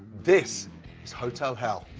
this is hotel hell.